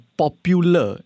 popular